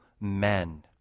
men